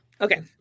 Okay